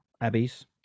Abby's